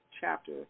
chapter